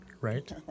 right